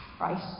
right